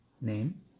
name